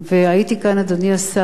והייתי כאן, אדוני השר,